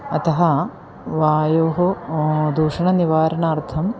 अतः वायोः दूषणनिवारणार्थम्